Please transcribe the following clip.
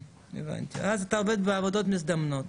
ואז אתה עובד בעבודות מזדמנות.